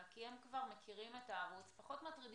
אלא כי הם מכירים כבר את המערכת אלה